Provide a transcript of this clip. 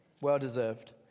well-deserved